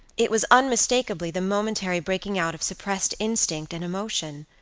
it was unmistakably the momentary breaking out of suppressed instinct and emotion.